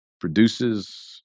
produces